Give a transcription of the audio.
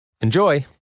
Enjoy